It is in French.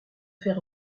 faire